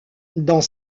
dans